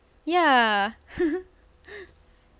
ya